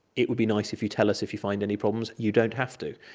it would be nice if you tell us if you find any problems. you don't have to.